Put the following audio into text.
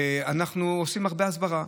אנחנו עושים הרבה הסברה,